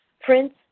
Prince